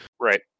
Right